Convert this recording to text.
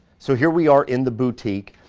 so here we are in the boutique.